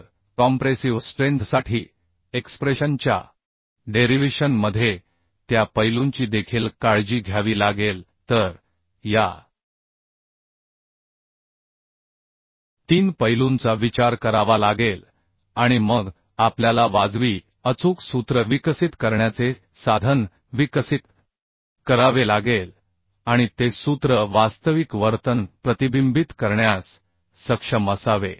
तर कॉम्प्रेसिव्ह स्ट्रेंथसाठी एक्सप्रेशन च्या डेरिव्हेशन मध्ये त्या पैलूंची देखील काळजी घ्यावी लागेल तर या तीन पैलूंचा विचार करावा लागेल आणि मग आपल्याला वाजवी अचूक सूत्र विकसित करण्याचे साधन विकसित करावे लागेल आणि ते सूत्र वास्तविक वर्तन प्रतिबिंबित करण्यास सक्षम असावे